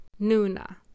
Nuna